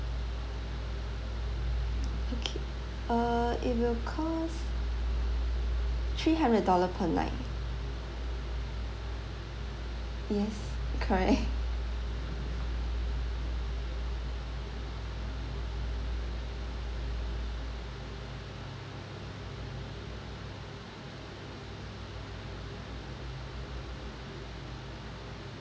okay uh it will cost three hundred dollar per night yes correct